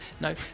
No